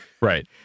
Right